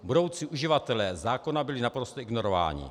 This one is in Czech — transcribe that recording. Budoucí uživatelé zákona byli naprosto ignorováni.